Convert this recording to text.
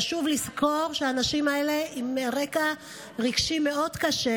חשוב לזכור שהאנשים האלה הם עם רקע רגשי מאוד קשה.